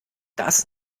das